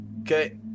Okay